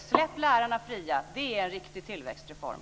Släpp lärarna fria! Det är en riktig tillväxtreform!